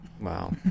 Wow